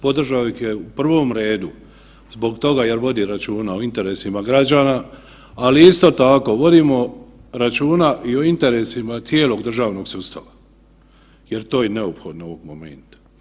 Podržao ih je u prvom redu zbog toga što vodi računa o interesima građana, ali isto tako, vodimo računa i o interesima cijelog državnog sustava jer to je neophodno u ovom momentu.